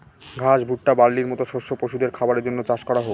ঘাস, ভুট্টা, বার্লির মতো শস্য পশুদের খাবারের জন্য চাষ করা হোক